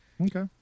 Okay